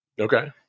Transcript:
Okay